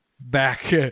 Back